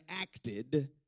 acted